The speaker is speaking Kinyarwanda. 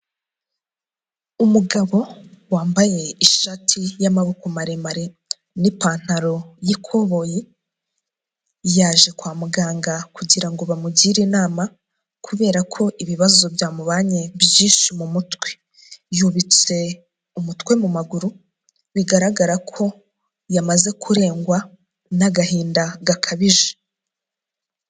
Umugabo wambaye ishati y'amaboko maremare n'ipantaro y'ikoboyi, yaje kwa muganga kugira ngo bamugire inama kubera ko ibibazo byamubanye byinshi mu mutwe. Yubitse umutwe mu maguru, bigaragara ko yamaze kurengwa n'agahinda gakabije.